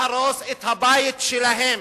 להרוס את הבית שלהם,